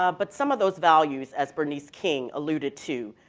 ah but some of those values, as bernice king alluded to,